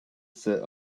set